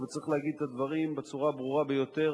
צריך להגיד את הדברים בצורה הברורה ביותר.